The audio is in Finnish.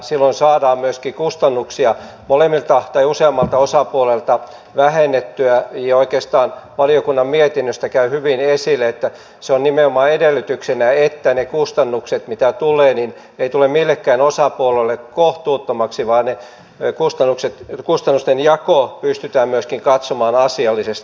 silloin saadaan myöskin kustannuksia useammalta osapuolelta vähennettyä ja oikeastaan valiokunnan mietinnöstä käy hyvin esille että se on nimenomaan edellytyksenä että ne kustannukset mitä tulee eivät tule millekään osapuolelle kohtuuttomiksi vaan kustannusten jako pystytään myöskin katsomaan asiallisesti